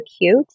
cute